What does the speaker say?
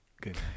good